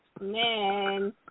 Man